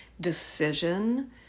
decision